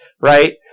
right